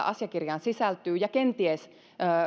asiakirjaan sisältyy neuvottelutavoitteita ja kenties